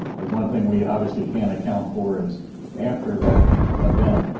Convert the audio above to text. the one thing we obviously can't account for is after that event,